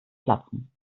platzen